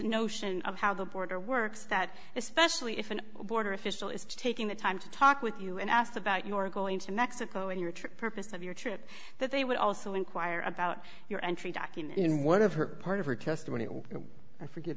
notion of how the border works that especially if an border official is taking the time to talk with you and ask about your going to mexico and your trip purpose of your trip that they would also inquire about your entry docking in one of her part of her testimony or i forget